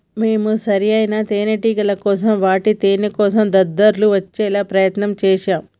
మేము సరైన తేనేటిగల కోసం వాటి తేనేకోసం దద్దుర్లు వచ్చేలా ప్రయత్నం చేశాం